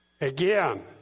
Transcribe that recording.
Again